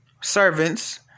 servants